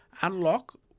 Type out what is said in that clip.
unlock